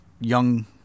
young